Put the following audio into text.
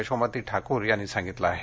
यशोमती ठाकूर यांनी सांगितलं आहे